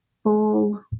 full